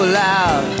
loud